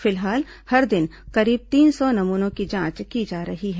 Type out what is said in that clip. फिलहाल हर दिन करीब तीन सौ नमूनों की जांच की जा रही है